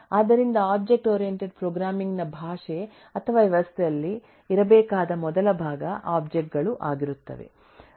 ಆದ್ದರಿಂದ object oriented programming ನ ಭಾಷೆ ಅಥವಾ ವ್ಯವಸ್ಥೆಯಲ್ಲಿ ಇರಬೇಕಾದ ಮೊದಲ ಭಾಗ ಒಬ್ಜೆಕ್ಟ್ ಗಳು ಆಗಿರುತ್ತದೆ